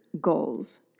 goals